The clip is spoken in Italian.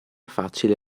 facile